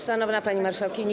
Szanowna Pani Marszałkini!